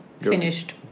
finished